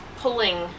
pulling